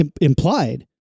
Implied